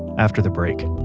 after the break